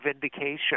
vindication